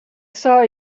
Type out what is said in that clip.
saw